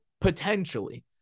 potentially